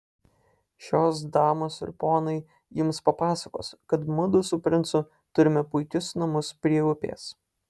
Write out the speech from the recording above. šios damos ir ponai jums papasakos kad mudu su princu turime puikius namus prie upės